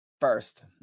First